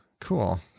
Cool